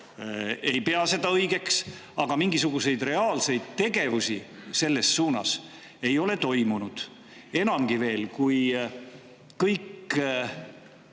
ei pea seda õigeks. Aga mingisuguseid reaalseid tegevusi selles suunas ei ole toimunud. Enamgi veel, kui kõigi